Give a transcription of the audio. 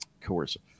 coercive